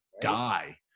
die